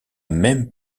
même